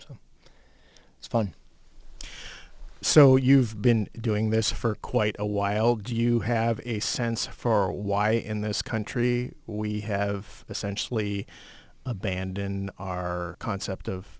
so it's fun so you've been doing this for quite a while do you have a sense for why in this country we have essentially a band in our concept of